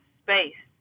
space